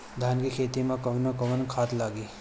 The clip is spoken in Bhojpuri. धान के खेती में कवन कवन खाद लागी?